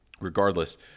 Regardless